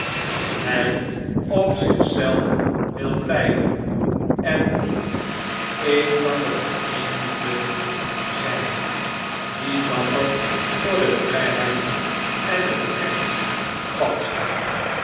dat htj op zichzelf wil blijven en niet een van de vereenigden zijn die dapper voor de ynjheid en net recht pal staan